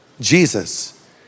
Jesus